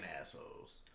assholes